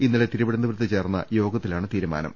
ഇന്നലെ തിരുവനന്തപുരത്ത് ചേർന്ന യോഗത്തിലാണ് തീരുമാ നം